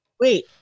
Wait